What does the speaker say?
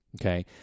okay